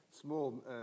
small